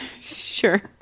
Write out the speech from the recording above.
Sure